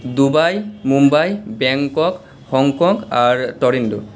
Dubai Mumbai Bangkok Hong Kong আর Toronto